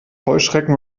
heuschrecken